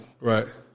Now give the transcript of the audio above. Right